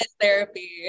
therapy